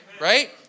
Right